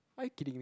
are you kidding me